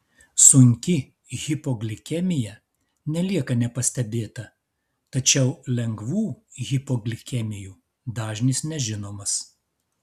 sunki hipoglikemija nelieka nepastebėta tačiau lengvų hipoglikemijų dažnis nežinomas